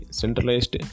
centralized